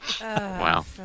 wow